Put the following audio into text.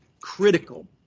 critical